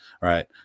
right